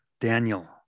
Daniel